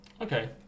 Okay